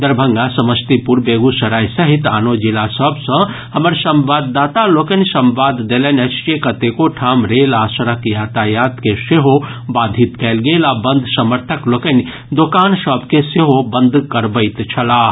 दरभंगा समस्तीपुर बेगूसराय सहित आनो जिला सॅ हमर संवाददाता लोकनि संवाद देलनि अछि जे कतेको ठाम रेल आ सड़क यातायात के सेहो बाधित कयल गेल आ बंद समर्थक लोकनि दोकान सभ के सेहो बंद करबैत छलाह